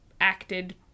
acted